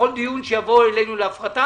שבכל דיון שיבואו אלינו להפרטה,